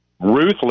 ruthless